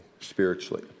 spiritually